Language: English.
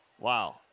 Wow